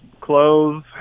clothes